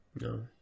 No